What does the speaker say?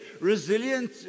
Resilient